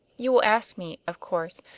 you will ask me, of course,